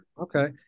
okay